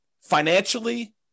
financially